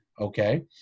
okay